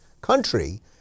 country